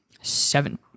seven